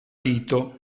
dito